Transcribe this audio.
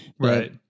Right